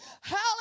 hallelujah